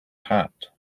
hat